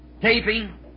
taping